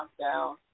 lockdown